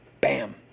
Bam